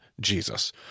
Jesus